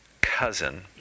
cousin